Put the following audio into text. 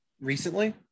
recently